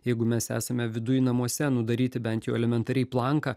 jeigu mes esame viduj namuose nu daryti bent jau elementariai planką